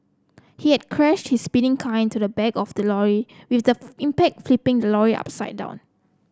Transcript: he had crashed his speeding kind to the back of the lorry with the impact flipping the lorry upside down